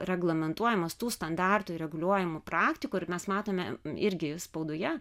reglamentuojamas tų standartų ir reguliuojamų praktikų ir mes matome irgi spaudoje